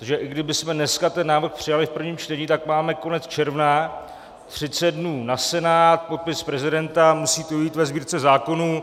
Takže i kdybychom dneska ten návrh přijali v prvním čtení, tak máme konec června, třicet dnů na Senát, podpis prezidenta, musí to vyjít ve Sbírce zákonů.